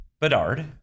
Bedard